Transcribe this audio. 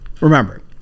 remember